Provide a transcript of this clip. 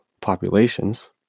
populations